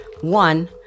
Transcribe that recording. One